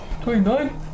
Twenty-nine